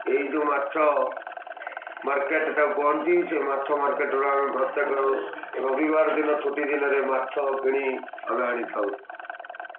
ଏଇ ଯେଉଁ ମାଛ ମାର୍କେଟ୍ ତାକୁ କହନ୍ତି ସେ ମାଛ ମାର୍କେଟରୁ ଆମେ ପ୍ରତ୍ୟେକ ରବିବାର ଦିନ ଛୁଟି ଦିନରେ ମାଛ କିଣି ଆମେ ଆଣିଥାଉ